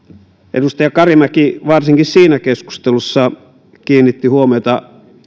edustaja karimäki varsinkin siinä keskustelussa kiinnitti huomiota